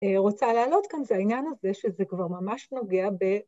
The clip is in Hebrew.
רוצה להעלות כאן זה העניין הזה שזה כבר ממש נוגע ב...